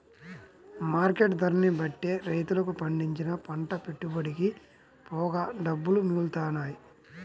market ధరని బట్టే రైతులకు పండించిన పంట పెట్టుబడికి పోగా డబ్బులు మిగులుతాయి